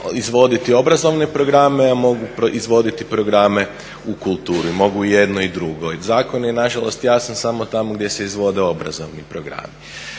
izvoditi obrazovne programe, a mogu izvoditi i programe u kulturi. Mogu i jedno i drugo. Zakon je nažalost jasan samo tamo gdje se izvode obrazovni programi.